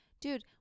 Dude